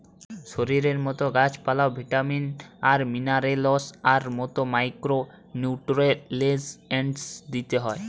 শরীরের মতো গাছ পালায় ও ভিটামিন আর মিনারেলস এর মতো মাইক্রো নিউট্রিয়েন্টস দিতে হয়